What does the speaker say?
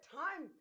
time